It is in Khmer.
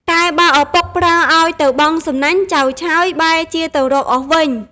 តែបើឪពុកប្រើឱ្យទៅបង់សំណាញ់ ចៅឆើយបែរជាទៅរកឱសវិញ ។